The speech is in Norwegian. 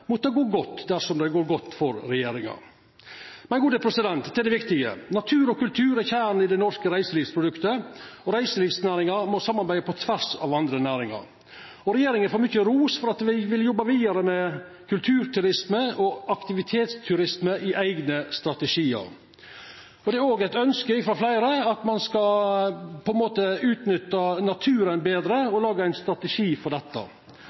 dersom det går godt for regjeringa. Men til det viktige: Natur og kultur er kjernen i det norske reiselivsproduktet, og reiselivsnæringa må samarbeida på tvers med andre næringar. Regjeringa får mykje ros for at dei vil jobba vidare med kulturturisme og aktivitetsturisme i eigne strategiar. Det er òg eit ønske frå fleire at ein skal utnytta naturen betre